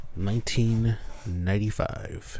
1995